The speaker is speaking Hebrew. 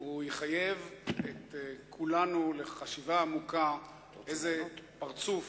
הוא יחייב את כולנו לחשיבה עמוקה: איזה פרצוף